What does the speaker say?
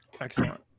Excellent